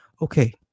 Okay